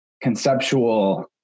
conceptual